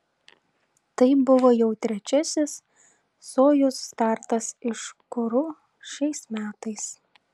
tai buvo jau trečiasis sojuz startas iš kuru šiais metais